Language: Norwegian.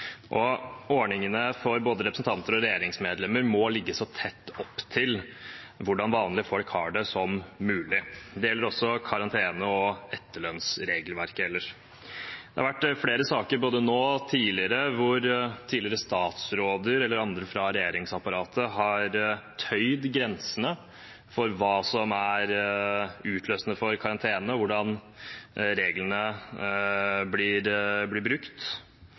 områder. Ordningene for både representanter og regjeringsmedlemmer må ligge så tett som mulig opp til hvordan vanlige folk har det. Det gjelder også karantene og etterlønnsregelverket ellers. Det har vært flere saker – både nå og tidligere – hvor tidligere statsråder eller andre fra regjeringsapparatet har tøyd grensene for hva som er utløsende for karantene, og hvordan reglene blir brukt.